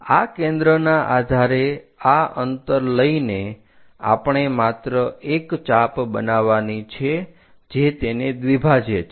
હવે આ કેન્દ્રના આધારે આ અંતર લઈને આપણે માત્ર એક ચાપ બનાવવાની છે જે તેને દ્વિભાજે છે